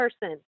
person